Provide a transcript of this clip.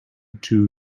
two